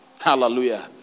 Hallelujah